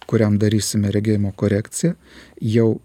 kuriam darysime regėjimo korekciją jau